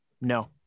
No